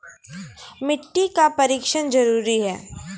मिट्टी का परिक्षण जरुरी है?